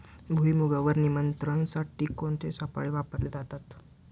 भुईमुगावर नियंत्रणासाठी कोणते सापळे वापरले जातात?